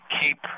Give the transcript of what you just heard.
keep